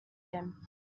him